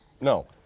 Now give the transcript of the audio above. no